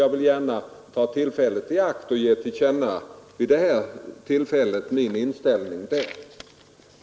Jag vill nu ta tillfället i akt att ge till känna min inställning på den punkten.